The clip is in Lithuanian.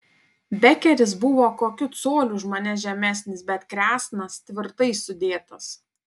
bekeris buvo kokiu coliu už mane žemesnis bet kresnas tvirtai sudėtas